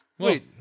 Wait